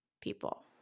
people